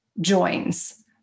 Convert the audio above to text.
joins